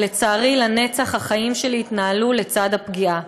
אבל לצערי, לנצח החיים שלי יתנהלו לצד הפגיעה.